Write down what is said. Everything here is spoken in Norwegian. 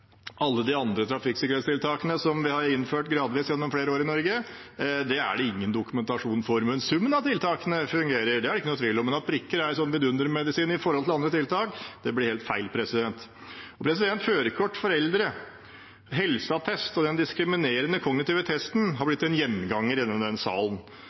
alle de andre trafikksikkerhetstiltakene som vi har innført gradvis gjennom flere år i Norge – er det ingen dokumentasjon for. Summen av tiltakene fungerer, det er det ikke noen tvil om, men at prikker er en vidundermedisin i forhold til andre tiltak, blir helt feil. Førerkort for eldre, helseattest og den diskriminerende kognitive testen er blitt en gjenganger i denne salen.